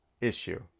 issue